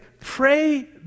Pray